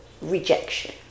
rejection